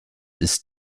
ist